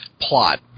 plot